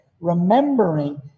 remembering